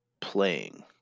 playing